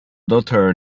daughter